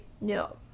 No